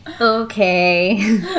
okay